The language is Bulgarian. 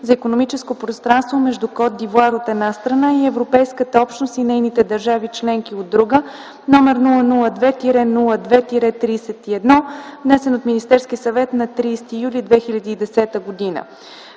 за икономическо партньорство между Кот д’Ивоар, от една страна, и Европейската общност и нейните държави членки, от друга страна, № 002-02-31, внесен от Министерския съвет на 31 юли 2010 г.